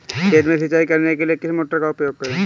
खेत में सिंचाई करने के लिए किस मोटर का उपयोग करें?